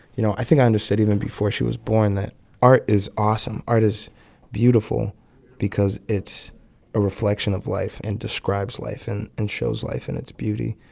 you know i think i understood even before she was born that art is awesome. art is beautiful because it's a reflection of life, and describes life and and shows life in its beauty.